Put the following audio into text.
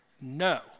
No